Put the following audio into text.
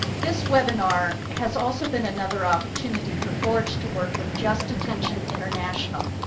this webinar has also been another opportunity for forge to work with just detention international,